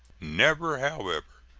never, however,